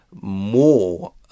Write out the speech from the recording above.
more